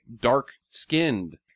dark-skinned